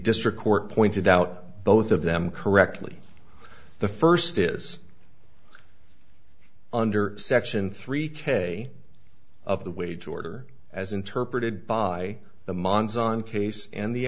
district court pointed out both of them correctly the first is under section three k of the wage order as interpreted by the mons on case and the